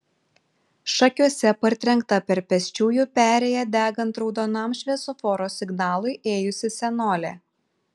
šakiuose partrenkta per pėsčiųjų perėją degant raudonam šviesoforo signalui ėjusi senolė